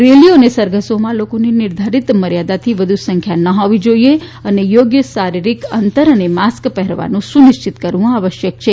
રેલીઓ અને સરઘસોમાં લોકોની નિર્ધારિત મર્યાદાથી વધુ સંખ્યા ન હોવી જોઈએ અને યોગ્ય શારીરિક અંતર અને માસ્ક પહેરવાનું સુનિશ્ચિત કરવું આવશ્યક છે